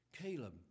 Caleb